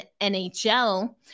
NHL